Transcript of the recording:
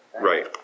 Right